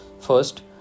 First